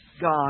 God